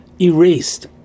erased